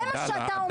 זה מה שאתה אומר.